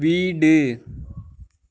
வீடு